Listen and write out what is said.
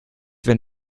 wenn